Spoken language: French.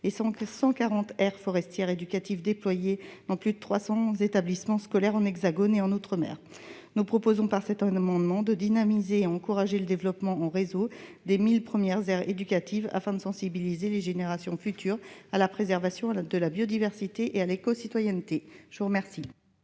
et 140 aires forestières éducatives, déployées dans plus de 300 établissements scolaires situés dans l'Hexagone et en outre-mer. Au travers de cet amendement, nous proposons de dynamiser et d'encourager le développement en réseau des 1 000 premières aires éducatives, afin de sensibiliser les générations futures à la préservation de la biodiversité et à l'écocitoyenneté. Quel